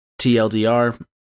TLDR